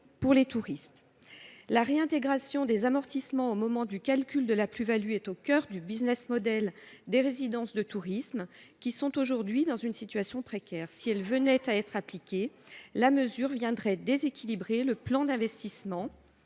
pour les touristes. La réintégration des amortissements lors du calcul de la plus value est au cœur du des résidences de tourisme, qui se trouvent aujourd’hui dans une situation précaire. Si elle venait à être appliquée, cette mesure déséquilibrerait les plans d’investissement